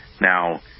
Now